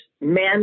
men